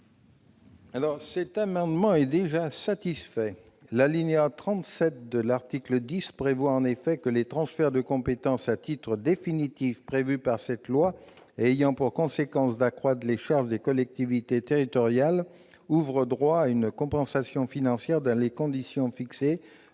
? Cet amendement est satisfait. L'alinéa 37 de l'article 10 prévoit en effet que les transferts de compétences à titre définitif prévus par cette loi et ayant pour conséquence d'accroître les charges des collectivités territoriales ouvrent droit à une compensation financière dans les conditions fixées